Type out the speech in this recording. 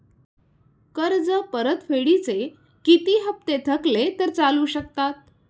कर्ज परतफेडीचे किती हप्ते थकले तर चालू शकतात?